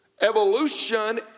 Evolution